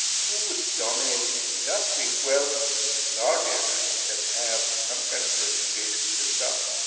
who would dominate in the industry? well large airlines that have some kind of reputation built up,